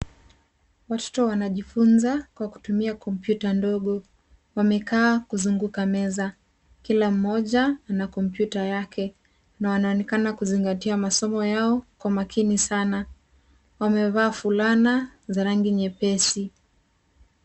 Watoto wanajifunza kwa kutumia kompyuta ndogo wamekaa kuzunguka meza kila mmoja anakompyuta yake na wanaonekana kuzingatia masomo yao kwa makini sana wamevaa fulani ya rangi nyepesi.